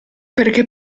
perché